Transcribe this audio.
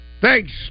Thanks